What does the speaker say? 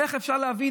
איך אפשר להבין?